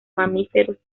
mamíferos